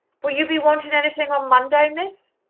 will you be wanting anything on monday, miss?